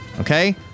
okay